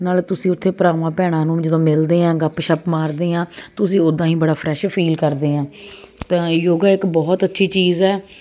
ਨਾਲੇ ਤੁਸੀਂ ਉੱਥੇ ਭਰਾਵਾਂ ਭੈਣਾਂ ਨੂੰ ਜਦੋਂ ਮਿਲਦੇ ਆ ਗੱਪ ਸ਼ੱਪ ਮਾਰਦੇ ਹਾਂ ਤੁਸੀਂ ਉੱਦਾਂ ਹੀ ਬੜਾ ਫਰੈਸ਼ ਫੀਲ ਕਰਦੇ ਆ ਤਾਂ ਯੋਗਾ ਇੱਕ ਬਹੁਤ ਅੱਛੀ ਚੀਜ਼ ਹੈ